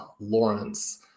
Lawrence